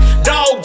Dog